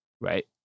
right